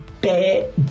bad